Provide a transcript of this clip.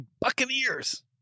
Buccaneers